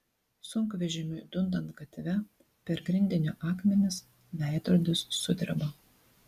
sunkvežimiui dundant gatve per grindinio akmenis veidrodis sudreba